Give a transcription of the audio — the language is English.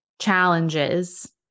challenges